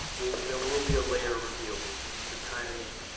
there will be a layer revealed, which is kind of neat.